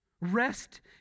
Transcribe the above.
Rest